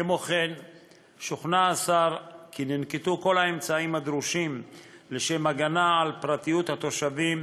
כמו כן שוכנע השר כי ננקטו כל האמצעים הדרושים להגנה על פרטיות התושבים,